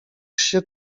się